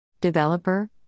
Developer